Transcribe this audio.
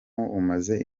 umaze